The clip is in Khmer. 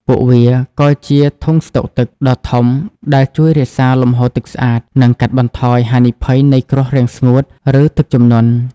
ពួកវាក៏ជា "ធុងស្តុកទឹក" ដ៏ធំ ដែលជួយរក្សាលំហូរទឹកស្អាត និងកាត់បន្ថយហានិភ័យនៃគ្រោះរាំងស្ងួត ឬទឹកជំនន់។